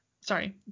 sorry